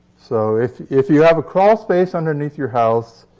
so if if you have a crawlspace underneath your house,